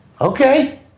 Okay